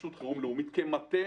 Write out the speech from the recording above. רשות חירום לאומית כמטה